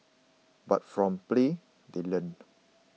but from play they learn